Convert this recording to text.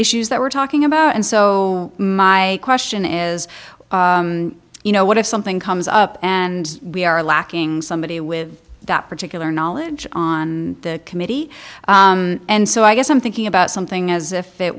issues that we're talking about and so my question is you know what if something comes up and we are lacking somebody with that particular knowledge on the committee and so i guess i'm thinking about something as if it